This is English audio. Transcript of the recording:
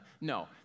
No